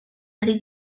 ari